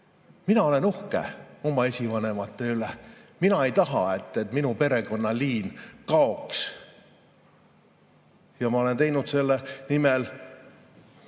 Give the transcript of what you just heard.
Mina olen uhke oma esivanemate üle. Mina ei taha, et minu perekonnaliin kaoks. Ma olen teinud selle nimel